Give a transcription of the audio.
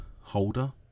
holder